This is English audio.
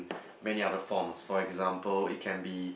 many other forms for example it can be